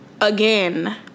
again